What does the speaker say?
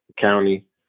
county